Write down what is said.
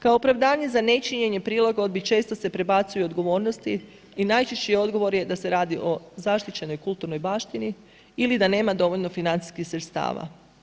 Kao opravdanje za nečinjenje prilagodbi često se prebacuju odgovornosti i najčešći odgovor je da se radi o zaštićenoj kulturnoj baštini ili da nema dovoljno financijskih sredstava.